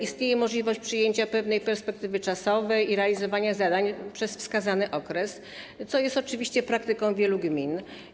Istnieje możliwość przyjęcia pewnej perspektywy czasowej i realizowania zadań przez wskazany okres, co jest oczywiście praktyką wielu gmin.